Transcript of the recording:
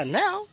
now